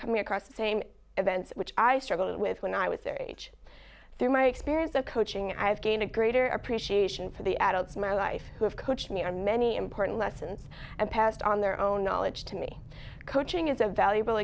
coming across the same events which i struggled with when i was their age through my experience the coaching as gain a greater appreciation for the adults in my life who have coached me are many important lessons and passed on their own knowledge to me coaching is a valuable